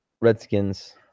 Redskins